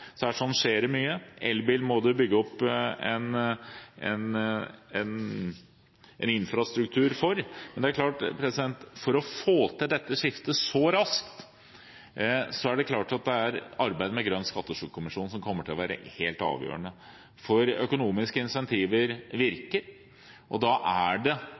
så her skjer det mye. Elbil må en bygge opp en infrastruktur for. For å få til dette skiftet raskt er det arbeidet med Grønn skattekommisjon som kommer til å være helt avgjørende, for økonomiske incentiver virker. Det er hva vi gjør i statsbudsjettene for å gjøre det